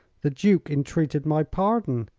the duke entreated my pardon.